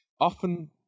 often